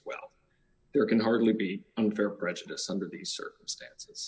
well there can hardly be unfair prejudice under these circumstances